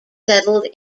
settled